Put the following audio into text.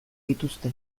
dituzte